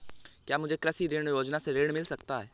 क्या मुझे कृषि ऋण योजना से ऋण मिल सकता है?